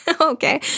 Okay